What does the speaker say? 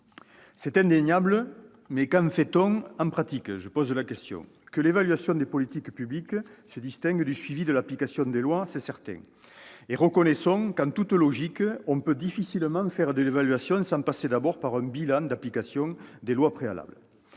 C'est indéniable, mais qu'en fait-on en pratique ? Que l'évaluation des politiques publiques se distingue du suivi de l'application des lois, cela est certain. Reconnaissons qu'en toute logique on peut difficilement faire de l'évaluation sans en passer d'abord par un bilan de l'application des lois.